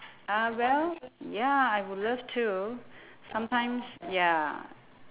ah well ya I would love to sometimes ya